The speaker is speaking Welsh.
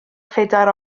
phedair